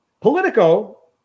politico